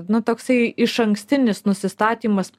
na toksai išankstinis nusistatymas